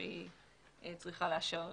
שהיא צריכה לאשר למשרדים.